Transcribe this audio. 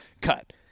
Cut